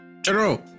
General